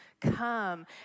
come